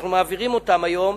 אנחנו מעבירים אותם היום,